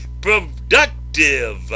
productive